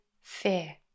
fear